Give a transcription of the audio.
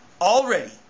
already